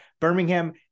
Birmingham